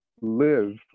live